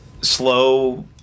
Slow